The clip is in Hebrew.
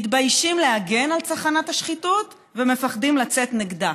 מתביישים להגן על צחנת השחיתות ומפחדים לצאת נגדה.